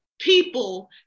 people